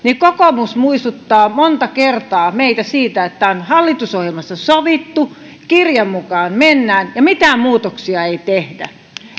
kokoomus muistutti monta kertaa meitä siitä että tämä on hallitusohjelmassa sovittu kirjan mukaan mennään ja mitään muutoksia ei tehdä